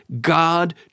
God